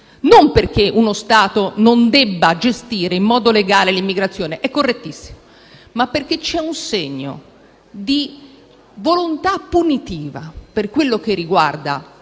non perché uno Stato non debba gestire in modo legale l'immigrazione, che è correttissimo, ma perché c'è un segno di volontà punitiva, per quello che riguarda